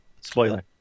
Spoiler